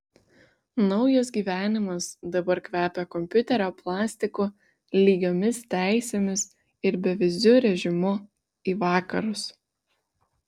naujas gyvenimas dabar kvepia kompiuterio plastiku lygiomis teisėmis ir beviziu režimu į vakarus